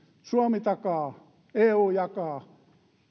suomi takaa eu jakaa